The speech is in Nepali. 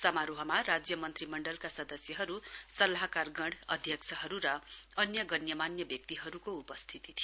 समारोहमा राज्यमन्त्री मण्डलका सदय्सहरू सल्लाहकारगण अध्यक्षहरू र अन्य गण्यमान्य व्यक्तिहरूको उपस्थिति थियो